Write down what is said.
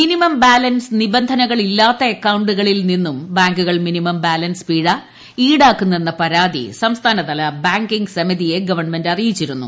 minimum balance നിബന്ധനകളില്ലാത്ത് അക്കൌണ്ടുകളിൽ നിന്നും ബാങ്കുകൾ മിനിമം ബാലൻസ് പ്പിഴ് ഇൌടാക്കുന്നെന്ന പരാതി സംസ്ഥാനതല ബാങ്കിങ് സമിതിയെ ഗവൺമെന്റ് ് അറിയിച്ചിരുന്നു